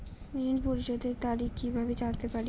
ঋণ পরিশোধের তারিখ কিভাবে জানতে পারি?